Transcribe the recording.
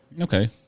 Okay